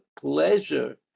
pleasure